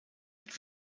mit